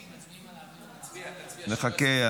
נחכה.